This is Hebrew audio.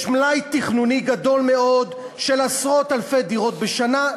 יש מלאי תכנוני גדול מאוד של עשרות אלפי דירות בשנה,